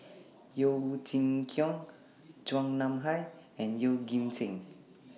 Yeo Chee Kiong Chua Nam Hai and Yeoh Ghim Seng